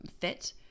fit